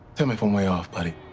tell me if i'm way off, buddy.